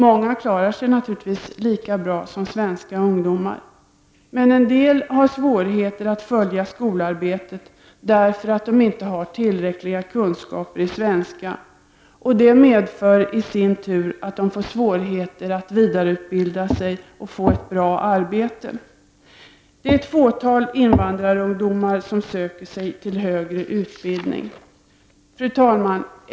Många klarar sig naturligtvis lika bra som svenska ungdomar, men en del har svårigheter att följa skolarbetet, därför att de inte har tillräckliga kunskaper i svenska. Det medför i sin tur att de får svårigheter att vidareutbilda sig och få ett bra arbete. Det är ett fåtal invandrarungdomar som söker sig till högre utbildning. Fru talman!